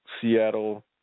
Seattle